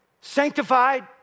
sanctified